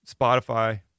Spotify